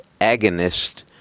agonist